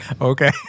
okay